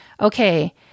okay